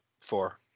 four